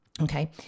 Okay